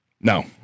No